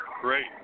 Great